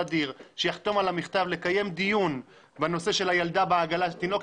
שיחתום על המכתב לקיים דיון בנושא של התינוקת